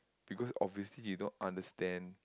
because obviously you don't understand